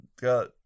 got